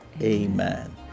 Amen